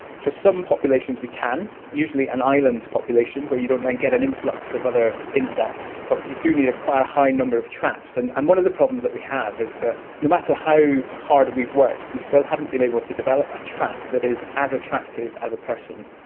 for some populations we can, usually an island population where you don't then get an influx of other insects, but you do need quite a high number of traps. and and one of the problems that we have is that no matter how hard we've worked we still haven't been able to develop a trap that is as attractive as a person.